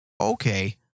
Okay